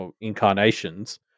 incarnations